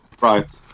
Right